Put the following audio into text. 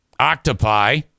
Octopi